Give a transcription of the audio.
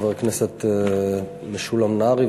חבר הכנסת משולם נהרי,